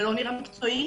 זה לא נראה מקצועי,